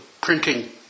printing